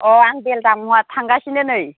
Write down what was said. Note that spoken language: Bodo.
अ' आं बेल दामना थांगासिनो नै